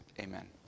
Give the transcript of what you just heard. amen